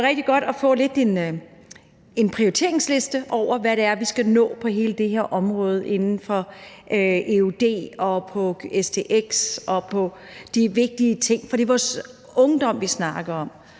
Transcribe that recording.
være rigtig godt at få en prioriteringsliste over, hvad det er, vi skal nå på hele det her område inden for eud og på stx og på de vigtige ting. For det er vores ungdom, vi snakker om,